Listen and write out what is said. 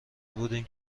بودیم